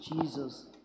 Jesus